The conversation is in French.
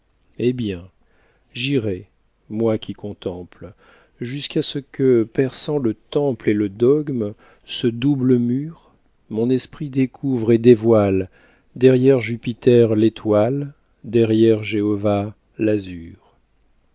eh bien j'irai moi qui contemple jusqu'à ce que perçant le temple et le dogme ce double mur mon esprit découvre et dévoile derrière jupiter l'étoile derrière jéhovah l'azur